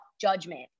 Judgment